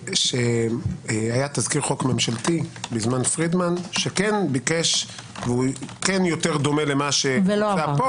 שהיה תזכיר חוק ממשלתי בזמן פרידמן שביקש והוא יותר דומה למה שמוצע פה